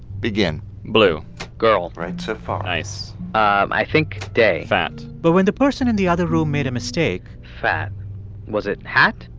begin blue girl right so far nice i think day fat but when the person in the other room made a mistake. fat was it hat?